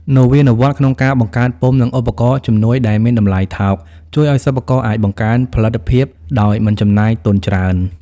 នវានុវត្តន៍ក្នុងការបង្កើតពុម្ព និងឧបករណ៍ជំនួយដែលមានតម្លៃថោក ជួយឱ្យសិប្បករអាចបង្កើនផលិតភាពដោយមិនចំណាយទុនច្រើន។